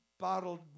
bottled